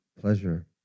pleasure